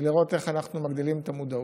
ולראות איך אנחנו מגדילים את המודעות.